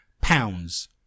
pounds